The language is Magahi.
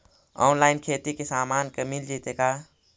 औनलाइन खेती के सामान मिल जैतै का?